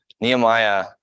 Nehemiah